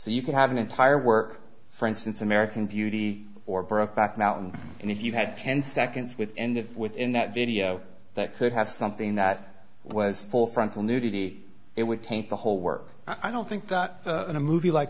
so you can have an entire work for instance american beauty or brokeback mountain and if you had ten seconds with end of within that video that could have something that was full frontal nudity it would taint the whole work i don't think that in a movie like